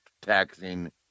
taxing